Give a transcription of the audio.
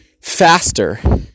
faster